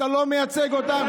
שאתה לא מייצג אותם.